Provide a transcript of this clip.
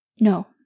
No